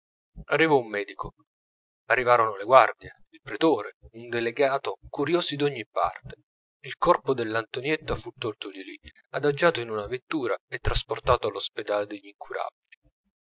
arrivò un medico arrivarono le guardie il pretore un delegato curiosi d'ogni parte il corpo dell'antonietta fu tolto di lì adagiato in una vettura e trasportato allo